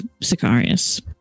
Sicarius